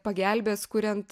pagelbės kuriant